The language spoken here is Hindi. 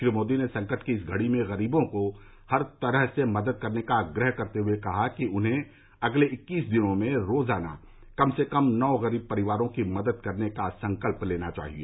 श्री मोदी ने संकट की इस घड़ी में गरीबों को हर तरह से मदद करने का आग्रह करते हुए कहा कि उन्हें अगले इक्कीस दिनों में रोजाना कम से कम नौ गरीब परिवारों की मदद करने का संकल्प लेना चाहिए